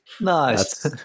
Nice